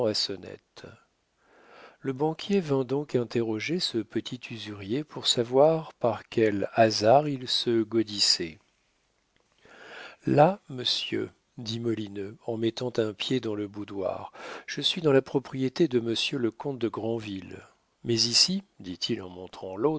le banquier vint donc interroger ce petit usurier pour savoir par quel hasard il se gaudissait là monsieur dit molineux en mettant un pied dans le boudoir je suis dans la propriété de monsieur le comte de grandville mais ici dit-il en montrant